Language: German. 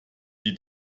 die